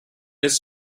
his